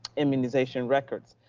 immunization records.